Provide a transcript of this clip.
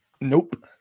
Nope